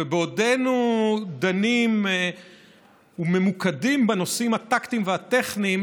ובעודנו דנים וממוקדים בנושאים הטקטיים והטכניים,